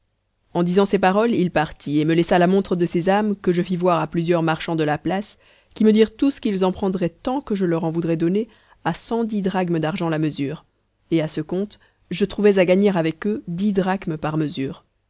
en disant ces paroles il partit et me laissa la montre de sésame que je fis voir à plusieurs marchands de la place qui me dirent tous qu'ils en prendraient tant que je leur en voudrais donner à cent dix drachmes d'argent la mesure et à ce compte je trouvais à gagner avec eux dix drachmes par mesure